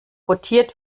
rotiert